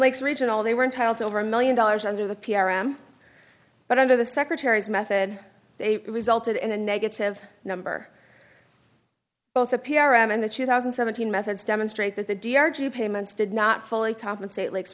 lakes regional they were entitled to over a million dollars under the p r m but under the secretary's method they resulted in a negative number both the p r and the two thousand and seventeen methods demonstrate that the d r g payments did not fully compensate lakes